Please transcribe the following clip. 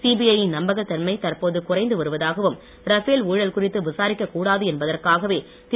CBI யின் நம்பகத்தன்மை தற்போது குறைந்து வருவதாகவும் ரபேல் ஊழல் குறித்து விசாரிக்க கூடாது என்பதற்கவே திரு